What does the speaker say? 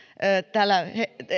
täällä